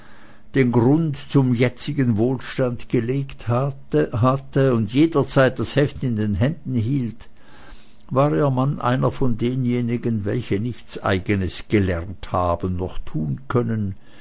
den grund zum jetzigen wohlstand gelegt hatte und jederzeit das heft in den händen hielt war ihr mann einer von denjenigen welche nichts eigenes gelernt haben noch tun können